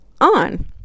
on